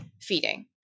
feeding